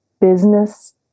business